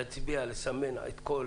להצביע ולסמן את כל